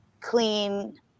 clean